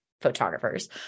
photographers